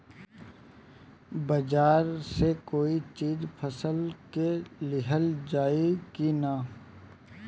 बाजार से कोई चीज फसल के लिहल जाई किना?